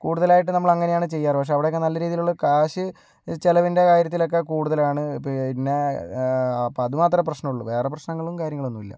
കൂടുതലായിട്ട് നമ്മൾ അങ്ങനെയാണ് ചെയ്യാറ് പക്ഷേ അവിടെയൊക്കെ നല്ല രീതിയിലുള്ള കാശ് ചിലവിൻ്റെ കാര്യത്തിൽ ഒക്കെ കൂടുതലാണ് പിന്നെ അപ്പം അതു മാത്രമേ പ്രശ്നമുള്ളൂ വേറെ പ്രശ്നങ്ങളും കാര്യങ്ങളൊന്നും ഇല്ല